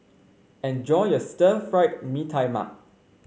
enjoy your Stir Fried Mee Tai Mak